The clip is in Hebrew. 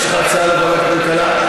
יש לך הצעה לוועדת הכלכלה.